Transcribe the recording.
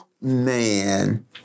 man